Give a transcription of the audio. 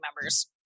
members